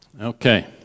Okay